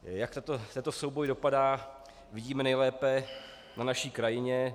Jak tento souboj dopadá, vidíme nejlépe na naší krajině.